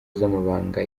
z’amabanga